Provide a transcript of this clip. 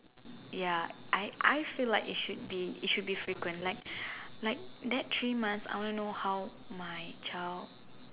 ya I I feel like it should be it should be frequent like like that three months I want to know how my child